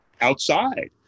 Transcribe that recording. outside